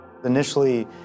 Initially